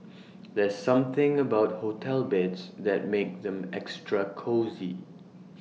there's something about hotel beds that makes them extra cosy